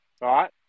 Right